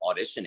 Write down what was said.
auditioning